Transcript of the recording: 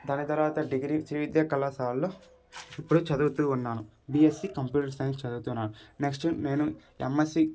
దాని తరువాత డిగ్రీ శ్రీవిద్యా కళాశాలలో ఇప్పుడు చదువుతూ ఉన్నాను బీఎస్సి కంప్యూటర్ సైన్స్ చదువుతూ ఉన్నాను నెక్స్ట్ నేను ఎంఎస్సి